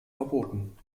verboten